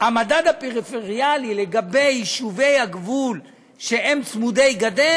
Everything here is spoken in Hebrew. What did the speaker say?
המדד הפריפריאלי לא חל על יישובי הגבול שהם צמודי גדר,